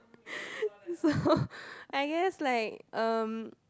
so I guess like um